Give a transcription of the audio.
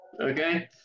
okay